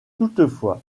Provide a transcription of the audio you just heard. toutefois